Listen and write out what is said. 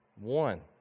one